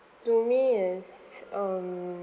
to me is um